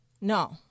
No